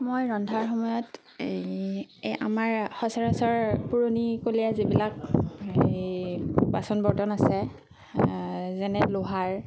মই ৰন্ধাৰ সময়ত এই এই আমাৰ সচৰাচৰ পুৰণিকলীয়া যিবিলাক হেই বাচন বৰ্তন আছে যেনে লোহাৰ